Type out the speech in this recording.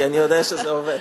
כי אני יודע שזה עובד.